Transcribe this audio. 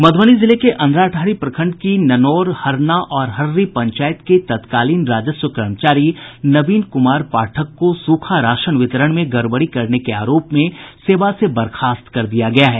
मधुबनी जिले के अंधराठाढ़ी प्रखंड की ननौर हरना और हड़री पंचायत के तत्कालीन राजस्व कर्मचारी नवीन कुमार पाठक को सूखा राशन वितरण में गड़बड़ी करने के आरोप में सेवा से बर्खास्त कर दिया गया है